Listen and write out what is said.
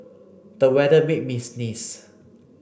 the weather made me sneeze